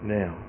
now